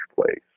place